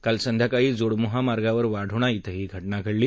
काल संध्याकाळी जोडमोहा मार्गावर वाढोणा इथं ही घटना घडली